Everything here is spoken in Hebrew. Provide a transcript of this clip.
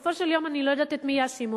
בסופו של יום אני לא יודעת את מי יאשימו.